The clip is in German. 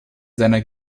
seiner